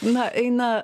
na eina